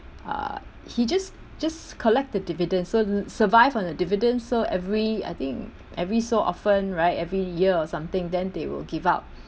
uh he just just collect the dividends so survive on the dividends so every I think every so often right every year or something then they will give out